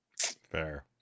Fair